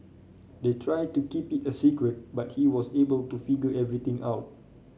they tried to keep it a secret but he was able to figure everything out